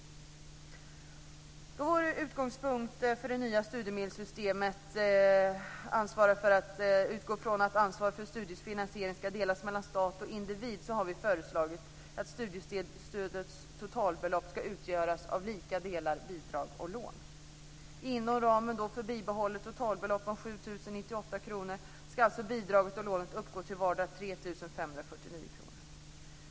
Vår utgångspunkt för det nya studiemedelssystemet utgår från att ansvar för studiefinansiering ska delas mellan stat och individ. Vi har föreslagit att studiestödets totalbelopp ska utgöras av lika delar bidrag och lån. Inom ramen för bibehållet totalbelopp om 7 098 kr ska alltså bidraget och lånet uppgå till vardera 3 549 kr.